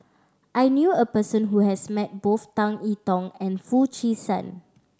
I knew a person who has met both Tan I Tong and Foo Chee San